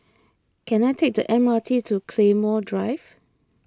can I take the M R T to Claymore Drive